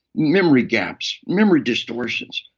memory gaps. memory distortions.